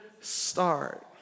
start